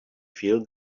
feel